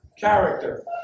character